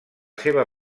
seva